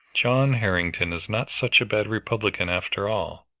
john harrington is not such a bad republican after all,